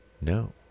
No